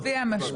מי שמצביע משפיע.